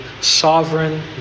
sovereign